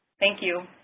thank you.